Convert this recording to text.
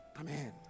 Amen